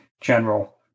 General